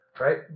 right